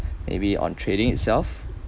maybe on trading itself